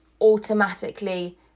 automatically